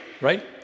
right